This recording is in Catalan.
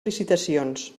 licitacions